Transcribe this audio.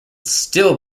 still